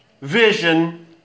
vision